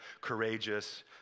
courageous